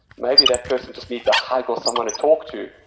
maybe that person just needs a hug or someone to talk to,